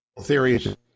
Theories